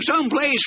someplace